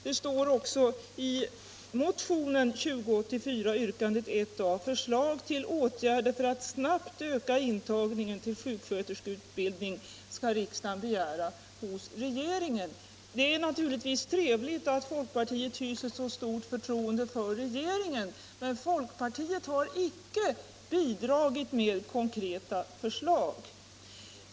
Det står också i motionen 2084 yrkandet 1 a att riksdagen hos regeringen skall begära "förslag till åtgärder för att snabbt öka intagningen till sjuksköterskeutbildning”. Det är naturligtvis trevligt att folkpartiet hyser så stort förtroende för regeringen, men folkpartiet har inte bidragit med några konkreta förslag.